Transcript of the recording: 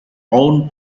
own